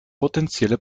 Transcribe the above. potenzielle